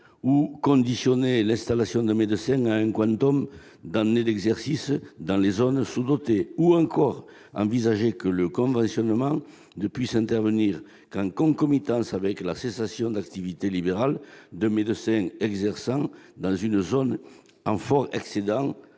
conditionner l'installation d'un médecin à un quantum d'années d'exercice dans les zones sous-dotées ou encore envisager que le conventionnement n'intervienne que concomitamment avec la cessation d'activité libérale de médecins exerçant dans des zones fortement